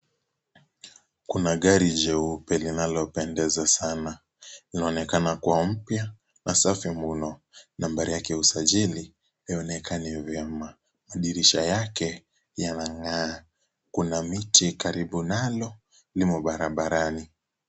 Kuna gari jeupe linalopendeza sana, inaonekana kuwa mpya na safi mno, nambari yake ya usajili haionekani vyema, madirisha yake yanang'aa, kuna miti karibu nalo limo barabarani.